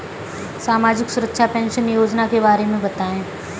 सामाजिक सुरक्षा पेंशन योजना के बारे में बताएँ?